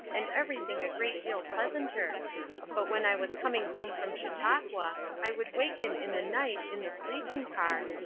and everything a great deal pleasanter but when i was coming home from chautauqua i would waken in the night in the sleeping-car,